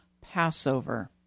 Passover